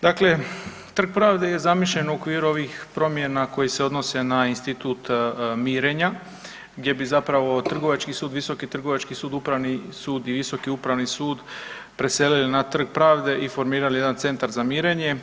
Dakle, trg pravde je zamišljen u okviru ovih promjena koje se odnose na institut mirenja, gdje bi zapravo Trgovački sud, Visoki trgovački sud, Upravni sud i Visoki upravni sud preselili na Trg pravde i formirali jedan centar za mirenje.